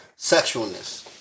sexualness